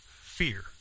fear